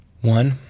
one